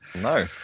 no